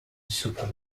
super